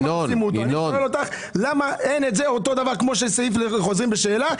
אני שואל אותך למה אין סעיף לחוזרים בתשובה כמו שיש לגבי חוזרים בשאלה.